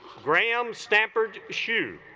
graham stafford shoe